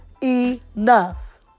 enough